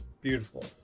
Beautiful